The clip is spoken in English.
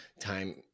time